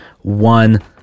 one